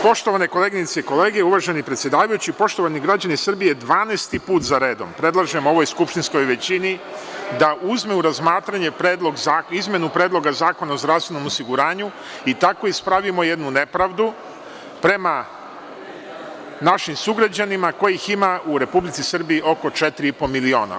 Poštovane koleginice i kolege, uvaženi predsedavajući, poštovani građani Srbije, 12. put za redom predlažem ovoj skupštinskoj većini da uzme u razmatranje izmenu Predloga zakona o zdravstvenom osiguranju i tako ispravimo jednu nepravdu prema našim sugrađanima kojih ima u RS oko 4,5 miliona.